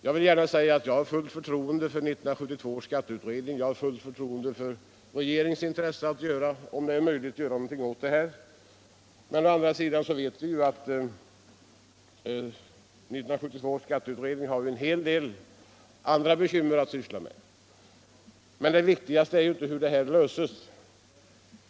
Jag vill gärna säga att jag har fullt förtroende för 1972 års skatteutredning och för regeringens intresse att om möjligt göra någonting åt detta. Å andra sidan vet vi att 1972 års skatteutredning har en hel del andra problem att syssla med. Det viktigaste är emellertid inte hur denna fråga löses.